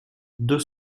deux